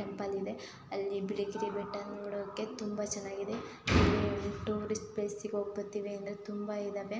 temple ಇದೆ ಅಲ್ಲಿ ಬಿಳಿಗಿರಿ ಬೆಟ್ಟ ನೋಡೋಕೆ ತುಂಬ ಚೆನ್ನಾಗಿದೆ ಟೂರಿಸ್ಟ್ ಪ್ಲೇಸಿಗೆ ಹೋಗಿ ಬರ್ತೀವಿ ಅಂದರೆ ತುಂಬ ಇದ್ದಾವೆ